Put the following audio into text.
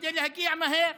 כדי להגיע מהר,